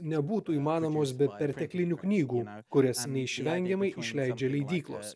nebūtų įmanomos be perteklinių knygų kurias neišvengiamai išleidžia leidyklos